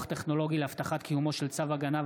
טכנולוגי להבטחת קיומו של צו הגנה,